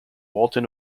walton